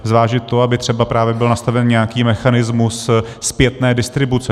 Zvážit to, aby třeba právě byl nastaven nějaký mechanismus zpětné distribuce.